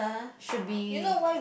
should be